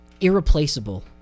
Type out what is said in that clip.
irreplaceable